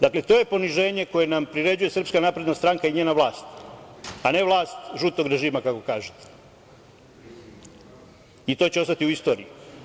Dakle, to je poniženje koje nam priređuje SNS i njena vlast, a ne vlast žutog režima kako kažete i to će ostati u istoriji.